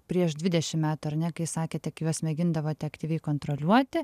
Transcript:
prieš dvidešim metų ar ne kai sakėte kai juos mėgindavote aktyviai kontroliuoti